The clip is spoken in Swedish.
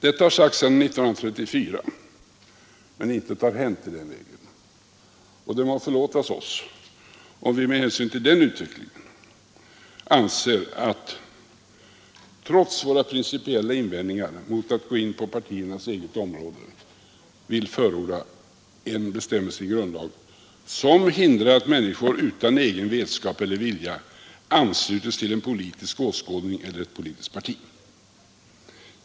Detta har sagts sedan 1934, men intet har hänt i den vägen, och det må förlåtas oss om vi med hänsyn till denna utveckling — trots våra principiella invändningar mot att gå in på partiernas eget område — vill förorda en bestämmelse i grundlag som hindrar att människor utan egen vetskap eller vilja ansluts till en politisk åskådning eller till ett politiskt parti.